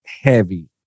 heavy